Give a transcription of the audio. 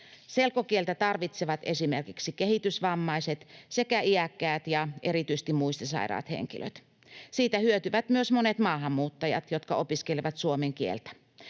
Selkokieltä tarvitsevat esimerkiksi kehitysvammaiset sekä iäkkäät ja erityisesti muistisairaat henkilöt. Siitä hyötyvät myös monet maahanmuuttajat, jotka opiskelevat suomen kieltä.